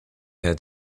had